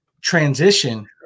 transition